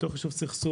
בתוך יישוב סכסוך,